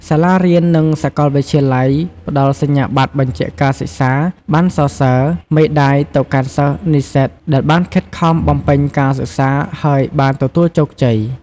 សាលារៀន និងសកលវិទ្យាល័យផ្ដល់សញ្ញាបត្របញ្ជាក់ការសិក្សា ប័ណ្ណសរសើរ មេដាយទៅកាន់សិស្សនិស្សិតដែលបានខិតខំបំពេញការសិក្សា ហើយបានទទួលជោគជ័យ។